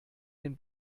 den